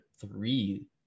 three